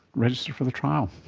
register for the trial.